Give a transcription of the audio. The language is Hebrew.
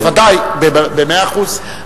ודאי, במאה אחוז.